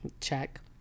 Check